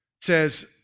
says